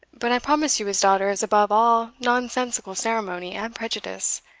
but i promise you his daughter is above all nonsensical ceremony and prejudice.